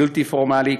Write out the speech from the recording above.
בלתי פורמלי,